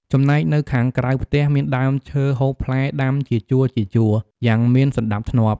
ចំណែកនៅខាងក្រៅផ្ទះ មានដើមឈើហូបផ្លែដាំជាជួរៗ យ៉ាងមានសណ្ដាប់ធ្នាប់។